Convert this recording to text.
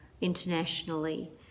internationally